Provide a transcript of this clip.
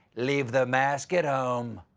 leave the mask at home.